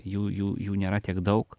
jų jų jų nėra tiek daug